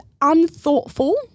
unthoughtful